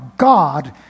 God